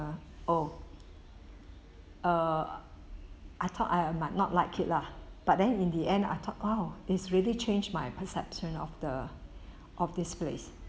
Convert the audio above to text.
oh err I thought I might not like it lah but then in the end I thought !wow! it's really changed my perception of the of this place